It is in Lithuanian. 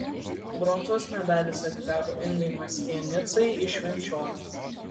bronzos medalis atiteko ingai mastianicai iš švenčionių